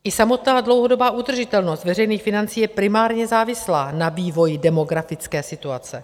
I samotná dlouhodobá udržitelnost veřejných financí je primárně závislá na vývoji demografické situace.